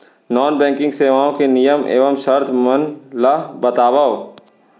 non banking सेवाओं के नियम एवं शर्त मन ला बतावव